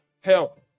help